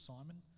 Simon